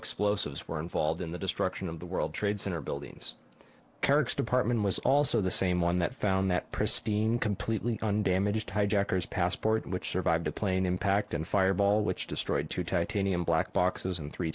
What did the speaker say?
explosives were involved in the destruction of the world trade center buildings carrick's department was also the same one that found that pristine completely undamaged hijackers passport which survived the plane impact and fireball which destroyed two titanium black boxes and three